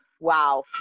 wow